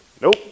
Nope